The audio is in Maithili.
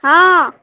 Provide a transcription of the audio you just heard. हँ